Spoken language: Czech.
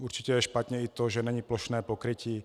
Určitě je špatně i to, že není plošné pokrytí.